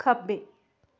ਖੱਬੇ